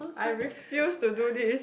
I refuse to do this